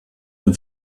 dem